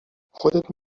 خودت